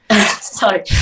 sorry